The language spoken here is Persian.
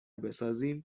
بسازیم